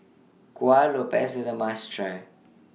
Kueh Lopes IS A must Try